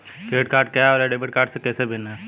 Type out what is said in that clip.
Credit card क्या है और यह डेबिट कार्ड से कैसे भिन्न है?